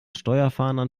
steuerfahndern